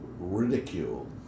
ridicule